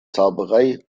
zauberei